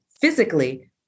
physically